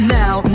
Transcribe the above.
now